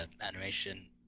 animation